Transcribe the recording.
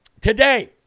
Today